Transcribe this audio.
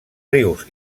rius